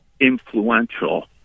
influential